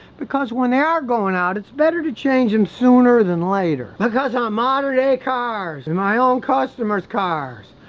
because when they are going out it's better to change them sooner than later, because on modern a cars and my own customers cars,